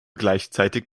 gleichzeitig